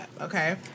okay